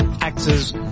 actors